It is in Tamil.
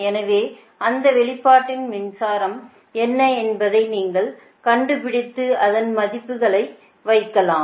எனவே அந்த வெளிப்பாட்டின் மின்சாரம் என்ன என்பதை நீங்கள் கண்டுபிடித்து அந்த மதிப்புகளை வைக்கலாம்